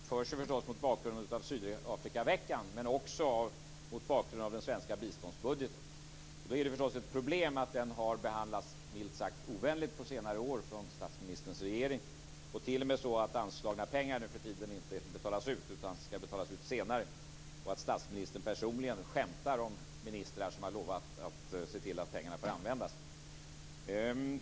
Herr talman! Den diskussion som vi för efter statsministerns presentation förs förstås mot bakgrund av Sydafrikaveckan men också mot bakgrund av den svenska biståndsbudgeten. Då är det förstås ett problem att den milt sagt har behandlats ovänligt på senare år av statsministerns regering, t.o.m. så att anslagna pengar nuförtiden inte betalats ut utan ska betalas ut senare och att statsministern personligen skämtar om ministrar som lovat att se till att pengarna får användas.